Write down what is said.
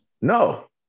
No